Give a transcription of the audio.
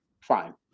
fine